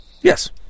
Yes